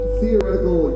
theoretical